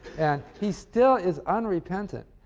and he still is unrepentant.